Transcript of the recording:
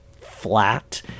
flat